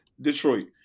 Detroit